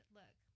look